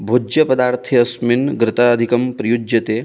भोज्यपदार्थे अस्मिन् घृतादिकं प्रयुज्यते